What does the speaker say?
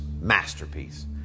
masterpiece